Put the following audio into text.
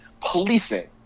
Policing